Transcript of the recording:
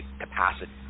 capacity